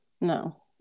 No